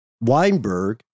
Weinberg